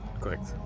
correct